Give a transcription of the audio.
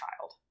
child